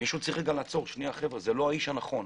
מישהו צריך לעצור זה לא האיש הנכון,